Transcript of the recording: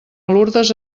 lurdes